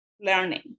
learning